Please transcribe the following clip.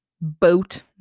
boat